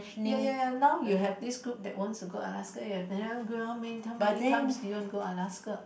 ya ya now you have this group that wants to go Alaska you have another group how many how many times do you want to go Alaska